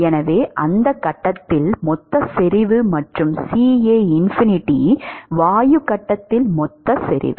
எனவே அந்த கட்டத்தில் மொத்த செறிவு மற்றும் CA∞ வாயு கட்டத்தில் மொத்த செறிவு